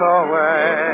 away